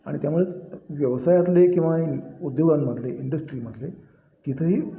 आणि त्यामुळेच व्यवसायातले किंवा उद्योगांमधले इंडस्ट्रीमधले तिथंही